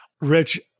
Rich